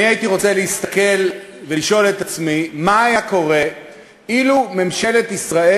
אני הייתי רוצה להסתכל ולשאול את עצמי מה היה קורה אילו ממשלת ישראל